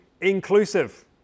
inclusive